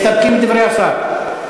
מסתפקים בדברי השר.